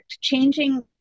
Changing